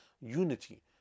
unity